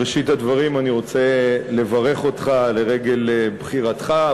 בראשית הדברים אני רוצה לברך אותך לרגל בחירתך,